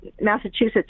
Massachusetts